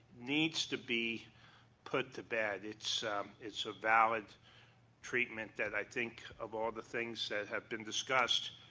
needs to be put to bed. it's it's a valid treatment that i think of all the things that have been discussed,